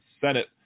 senate